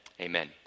amen